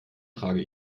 trage